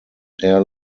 air